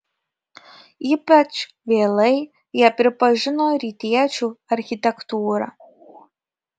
ypač vėlai jie pripažino rytiečių architektūrą